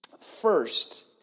First